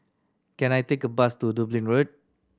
can I take a bus to Dublin Road